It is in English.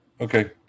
Okay